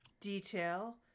detail